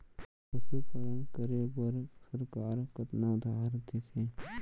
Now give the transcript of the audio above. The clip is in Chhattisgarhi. पशुपालन करे बर सरकार कतना उधार देथे?